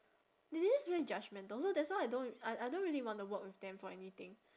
it is right judgemental so that's why I don't I I don't really want to work with them for anything